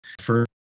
First